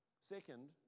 Second